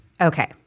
Okay